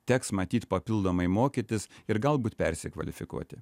teks matyt papildomai mokytis ir galbūt persikvalifikuoti